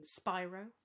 Spyro